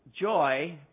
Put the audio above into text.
joy